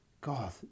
God